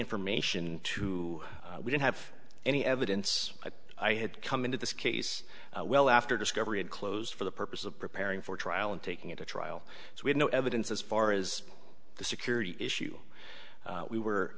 information to we didn't have any evidence i had come into this case well after discovery had closed for the purpose of preparing for trial and taking it to trial so we had no evidence as far as the security issue we were